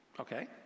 okay